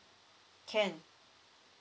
can